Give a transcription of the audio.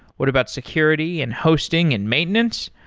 what about security and hosting and maintenance?